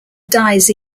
dies